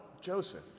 Joseph